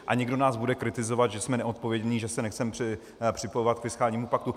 A někdo nás bude kritizovat, že jsme neodpovědní, že se nechceme připojovat k fiskálnímu paktu.